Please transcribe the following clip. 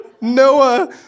Noah